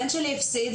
הבן שלי הפסיד,